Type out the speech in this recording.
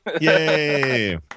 Yay